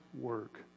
work